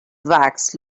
wax